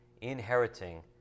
inheriting